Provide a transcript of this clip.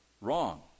wrong